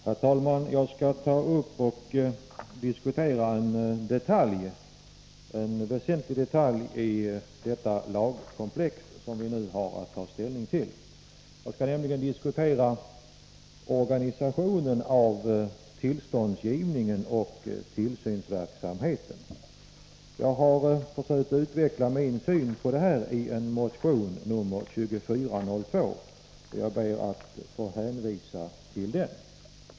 Herr talman! Jag skall diskutera en detalj — en väsentlig detalj — i det lagkomplex som vi nu har att ta ställning till, nämligen organisationen av tillståndsgivningen och tillsynsverksamheten. Jag har försökt utveckla min syn på detta i motion 2402, och jag ber att få hänvisa till den.